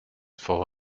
follow